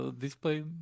Display